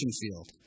field